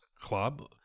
Club